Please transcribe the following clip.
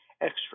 extra